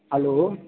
hello